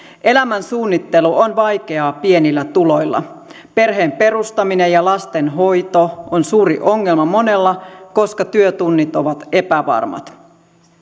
elämän suunnittelu on vaikeaa pienillä tuloilla perheen perustaminen ja lastenhoito on suuri ongelma monella koska työtunnit ovat epävarmat